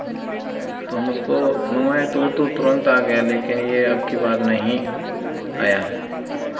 तो हम उसको मंगवाए तो वो तो तुरंत आ गया लेकिन ये अबकी बार नहीं आया